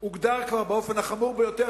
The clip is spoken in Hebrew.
הוגדר כבר באופן החמור ביותר,